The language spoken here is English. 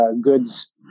goods